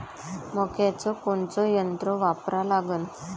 मक्याचं कोनचं यंत्र वापरा लागन?